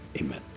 Amen